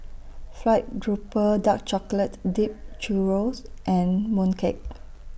Fried Grouper Dark Chocolate Dipped Churro and Mooncake